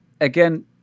again